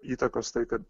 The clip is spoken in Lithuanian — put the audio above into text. įtakos tai kad